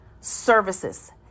services